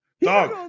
Dog